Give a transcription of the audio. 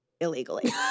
illegally